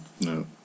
No